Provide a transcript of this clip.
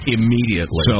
Immediately